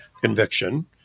conviction